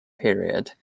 period